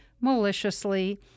maliciously